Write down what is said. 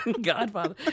godfather